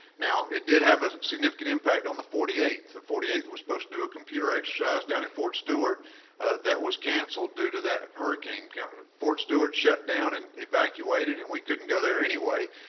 now it did have a significant impact on the forty eighth. the forty eighth was supposed to do a computer exercise down at fort stewart that was canceled due to that hurricane. fort stewart shut down and evacuated and we couldn't go there anyway.